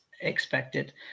expected